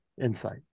insight